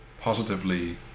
positively